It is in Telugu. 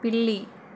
పిల్లి